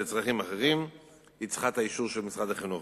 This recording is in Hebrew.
לצרכים אחרים צריכה את האישור של משרד החינוך,